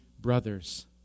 brothers